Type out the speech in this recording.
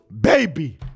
baby